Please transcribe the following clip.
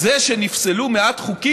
אז זה שנפסלו מעט חוקים,